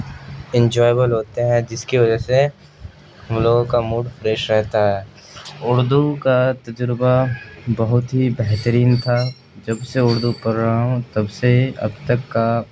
enjoyable ہوتے ہیں جس کی وجہ سے ہم لوگوں کا موڈ فریش رہتا ہے اردو کا تجربہ بہت ہی بہترین تھا جب سے اردو پڑھ رہا ہوں تب سے اب تک کا